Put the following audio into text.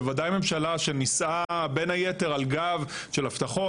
בוודאי ממשלה שנשאה בין היתר על גב של הבטחות,